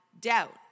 doubt